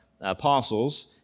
apostles